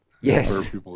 Yes